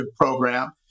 Program